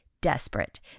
desperate